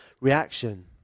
reaction